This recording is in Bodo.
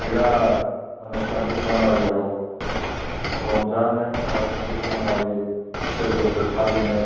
बिराथ माने साब्बिस जानुवारिआव रंजानो बा साब्बिस जानुवारि फोरबोखौ फालिनो